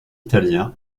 italien